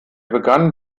begann